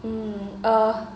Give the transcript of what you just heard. um err